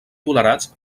tolerats